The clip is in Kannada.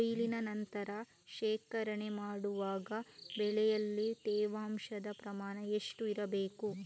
ಕೊಯ್ಲಿನ ನಂತರ ಶೇಖರಣೆ ಮಾಡುವಾಗ ಬೆಳೆಯಲ್ಲಿ ತೇವಾಂಶದ ಪ್ರಮಾಣ ಎಷ್ಟು ಇರಬೇಕು?